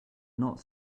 not